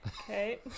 Okay